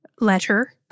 letter